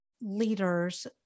leaders